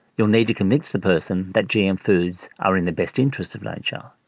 you will need to convince the person that gm foods are in the best interest of nature.